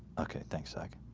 okay, thanks sec.